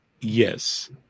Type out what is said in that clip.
Yes